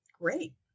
great